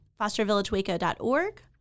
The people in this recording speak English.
fostervillagewaco.org